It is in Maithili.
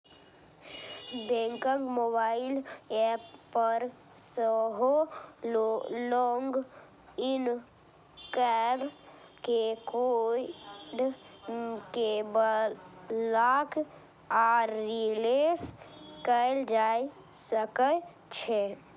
बैंकक मोबाइल एप पर सेहो लॉग इन कैर के कार्ड कें ब्लॉक आ रिप्लेस कैल जा सकै छै